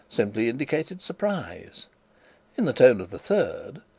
simply indicated surprise and the tone of the third,